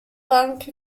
planck